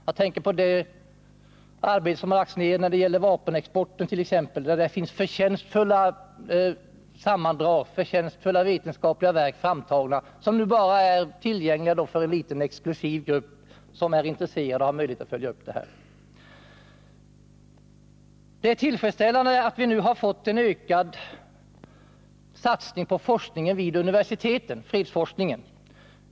Jag tänker t.ex. på det arbete som lagts ned när det gäller vapenexporten, där det redogörs för förtjänstfulla vetenskapliga undersökningar, vilka nu är tillgängliga bara för en liten exklusiv grupp som är intresserad och har möjlighet att följa upp detta. Det är tillfredsställande att vi nu fått en ökad satsning på fredsforskningen vid universiteten.